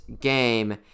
game